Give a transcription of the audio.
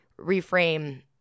reframe